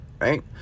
right